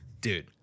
Dude